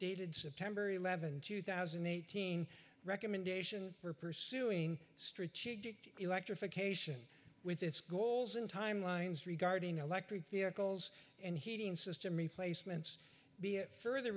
dated september th two thousand and eighteen recommendation for pursuing strategic electrification with its goals in timelines regarding electric vehicles and heating system replacements be it further